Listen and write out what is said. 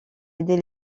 aider